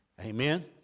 Amen